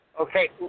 Okay